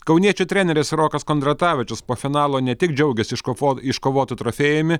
kauniečių treneris rokas kondratavičius po finalo ne tik džiaugėsi iškovo iškovotu trofėjumi